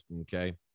Okay